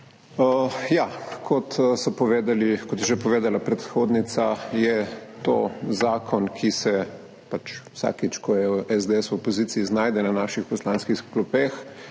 Kot je že povedala predhodnica, je to zakon, ki se pač vsakič, ko je SDS v opoziciji, znajde na naših poslanskih klopeh.